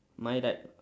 my right